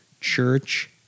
church